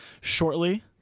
shortly